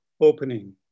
opening